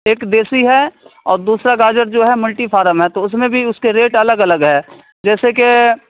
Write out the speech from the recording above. ایک دیسی ہے اور دوسرا گاجر جو ہے ملٹی فارم ہے تو اس میں بھی اس کے ریٹ الگ الگ ہے جیسے کہ